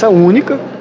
so when you were